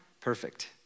Perfect